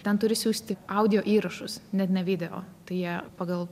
ten turi siųsti audio įrašus net ne video tai jie pagal